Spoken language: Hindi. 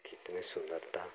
कितने सुन्दरता